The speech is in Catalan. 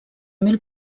mil